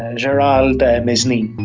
and gerald ah mesny.